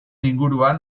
inguruan